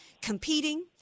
competing